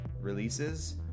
releases